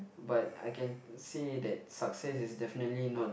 but I can see that success is definitely not